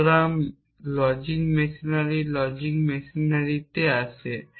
সুতরাং logic machinery logic মেশিনারিতে আসে